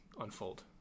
unfold